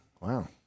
wow